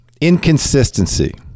inconsistency